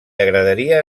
agradaria